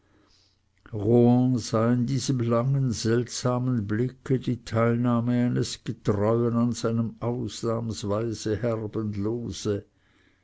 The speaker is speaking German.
sah in diesem langen seltsamen blicke die teilnahme eines getreuen an seinem ausnahmsweise